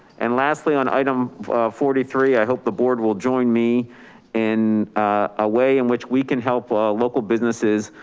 and lastly, on item forty three, i hope the board will join me in a way in which we can help local businesses,